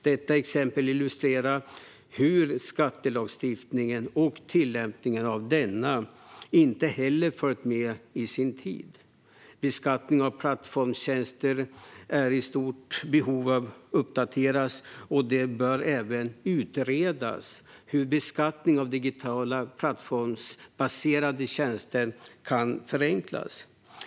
Detta exempel illustrerar hur skattelagstiftningen och tillämpningen av denna inte heller följt med sin tid. Beskattningen av plattformstjänster är i stort behov av uppdatering, och det bör även utredas hur beskattningen av digitala plattformsbaserade tjänster kan förenklas.